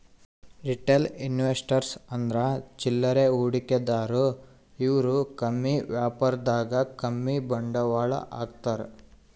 retail investors ಅಂದ್ರ ಚಿಲ್ಲರೆ ಹೂಡಿಕೆದಾರು ಇವ್ರು ಕಮ್ಮಿ ವ್ಯಾಪಾರದಾಗ್ ಕಮ್ಮಿ ಬಂಡವಾಳ್ ಹಾಕ್ತಾರ್